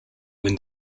when